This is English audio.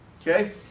Okay